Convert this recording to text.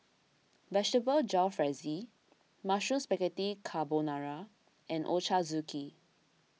Vegetable Jalfrezi Mushroom Spaghetti Carbonara and Ochazuke